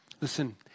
listen